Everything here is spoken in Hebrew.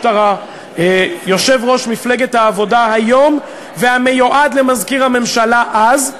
בחקירת המשטרה יושב-ראש מפלגת העבודה היום והמיועד למזכיר הממשלה אז,